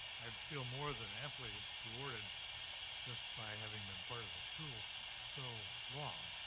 i feel more than amply rewarded just by having been part of the school so long,